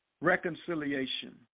reconciliation